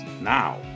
now